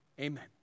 Amen